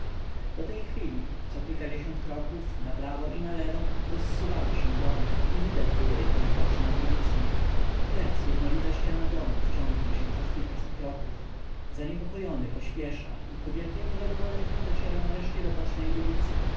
do tej chwili cokilkadziesiąt kroków naprawo i nalewo rozsuwały się domy i widać było jakąś boczną ulicę teraz jednolita ściana domów ciągnie się przez kilkaset kroków zaniepokojony pośpiesza i ku wielkiemu zadowoleniu dociera nareszcie do bocznej ulicy